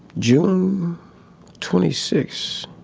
june twenty six,